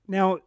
Now